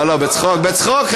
לא, לא, בצחוק, בצחוק.